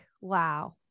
wow